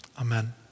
Amen